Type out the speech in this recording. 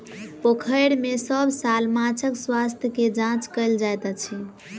पोखैर में सभ साल माँछक स्वास्थ्य के जांच कएल जाइत अछि